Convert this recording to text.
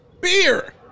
Beer